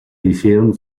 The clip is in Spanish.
hicieron